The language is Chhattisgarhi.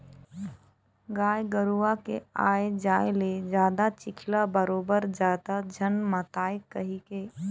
गाय गरूवा के आए जाए ले जादा चिखला बरोबर जादा झन मातय कहिके